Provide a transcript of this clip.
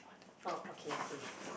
oh okay okay